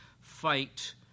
fight